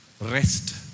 Rest